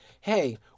hey